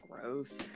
gross